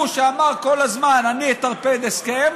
הוא שאמר כל הזמן: אני אטרפד הסכם,